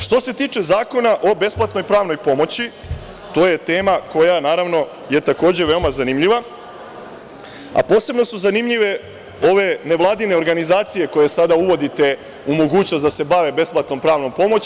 Što se tiče Zakona o besplatnoj pravnoj pomoći, to je tema koja je takođe veoma zanimljiva, a posebno su zanimljive ove nevladine organizacije koje sada uvodite u mogućnost da se bave besplatnom pravnom pomoći.